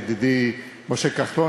ידידי משה כחלון,